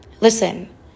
Listen